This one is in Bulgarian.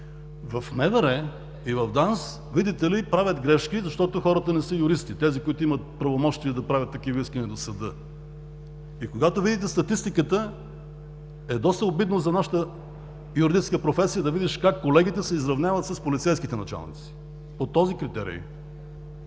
сигурност“, видите ли, правят грешки, защото хората не са юристи – тези, които имат правомощия да правят такива искания до съда. Когато видите статистиката, е доста обидно за нашата юридическа професия да видиш как колегите се изравняват с полицейските началници по този критерий.